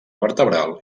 vertebral